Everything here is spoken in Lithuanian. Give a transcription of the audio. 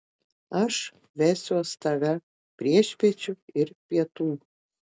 aš vesiuos tave priešpiečių ir pietų